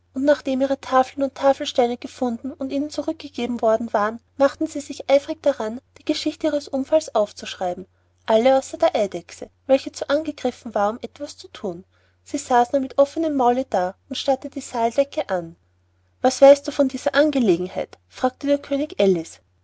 nachdem ihre tafeln und tafelsteine gefunden und ihnen zurückgegeben worden waren machten sie sich eifrig daran die geschichte ihres unfalles aufzuschreiben alle außer der eidechse welche zu angegriffen war um etwas zu thun sie saß nur mit offnem maule da und starrte die saaldecke an was weißt du von dieser angelegenheit fragte der könig